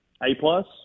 A-plus